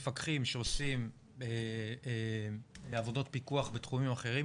אנחנו מדברים על מפקחים שעושים עבודות פיקוח בתחומים אחרים,